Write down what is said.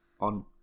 on